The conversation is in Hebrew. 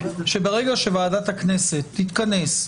שברגע שוועדת הכנסת תתכנס,